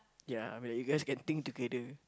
ya I mean like you guys can think together